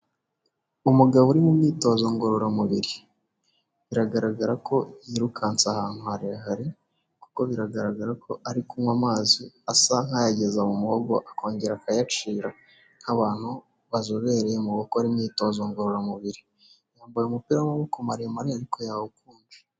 Umugabo uri mu myitozo ngororamubiri, biragaragara ko yirukanse ahantu harehare, kuko biragaragara ko ari kunywa amazi asa nk'uyageza mu muhogo akongera akayacira nk'abantu bazobereye mu gukora imyitozo ngororamubiri. Yambaye umupira w'amaboko maremare ariko yawukunje.